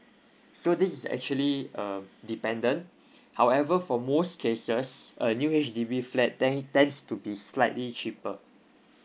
so this is actually uh dependent however for most cases a new H_D_B flat tend tends to be slightly cheaper